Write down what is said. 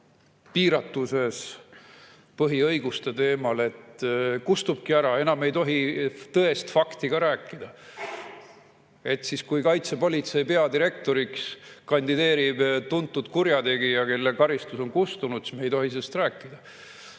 piiratuses põhiõiguste teemal, et kustubki ära, enam ei tohi tõest fakti ka rääkida. Et kui Kaitsepolitsei[ameti] peadirektoriks kandideerib tuntud kurjategija, kelle karistus on kustunud, siis me ei tohi sellest rääkida?